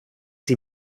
sie